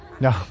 No